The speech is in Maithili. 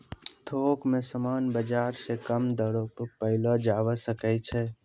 थोक मे समान बाजार से कम दरो पर पयलो जावै सकै छै